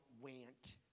went